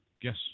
Yes